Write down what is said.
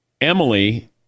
Emily